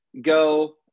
go